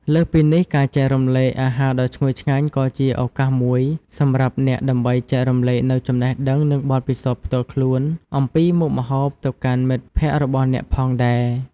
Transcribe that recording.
លើសពីនេះ ការចែករំលែកអាហារដ៏ឈ្ងុយឆ្ងាញ់ក៏ជាឱកាសមួយសម្រាប់អ្នកដើម្បីចែករំលែកនូវចំណេះដឹងនិងបទពិសោធន៍ផ្ទាល់ខ្លួនអំពីមុខម្ហូបទៅកាន់មិត្តភក្តិរបស់អ្នកផងដែរ។